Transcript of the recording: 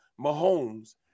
Mahomes